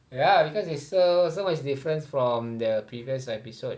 ya because it's so so much difference from the previous episode